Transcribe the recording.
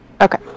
okay